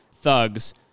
thugs